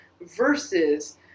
versus